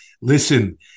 listen